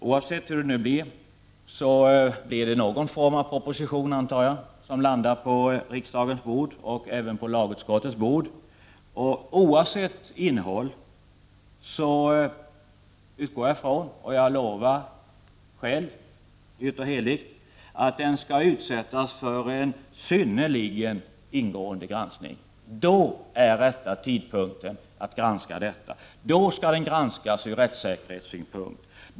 Oavsett hur det blir, kommer någon form av proposition att läggas på riksdagens, och även på lagutskottets, bord. Oavsett innehåll utgår jag ifrån — och jag lovar själv dyrt och heligt — att den skall utsättas för en synnerligen ingående granskning. Då är rätta tidpunkten att granska detta. Det skall då granskas ur rättssäkerhetssynpunkt.